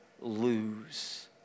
lose